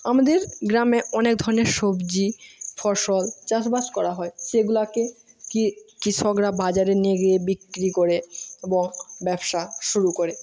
আমাদের গ্রামে অনেক ধরণের সবজি ফসল চাষবাস করা হয় সেগুলাকে কি কৃষকরা বাজারে নিয়ে গিয়ে বিক্রি করে এবং ব্যবসা শুরু করে